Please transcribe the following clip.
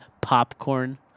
Popcorn